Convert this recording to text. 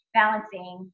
balancing